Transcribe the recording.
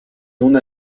una